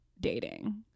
dating